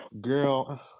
girl